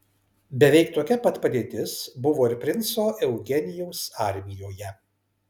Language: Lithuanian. beveik tokia pat padėtis buvo ir princo eugenijaus armijoje